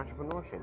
entrepreneurship